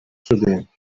شدین